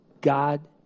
God